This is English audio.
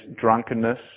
drunkenness